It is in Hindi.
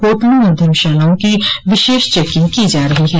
होटलों और धर्मशालाओं की विशेष चेकिंग की जा रही है